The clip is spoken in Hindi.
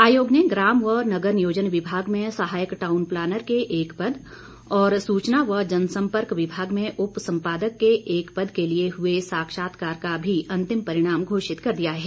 आयोग ने ग्राम व नगर नियोजन विभाग में सहायक टाऊन प्लानर के एक पद और सुचना व जनसंपर्क विभाग में उप संपादक के एक पद के लिए हुए साक्षात्कार का भी अंतिम परिणाम घोषित कर दिया है